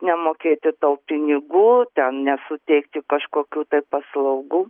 nemokėti tau pinigų ten nesuteikti kažkokių tai paslaugų